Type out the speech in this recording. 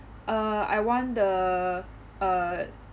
uh I want the uh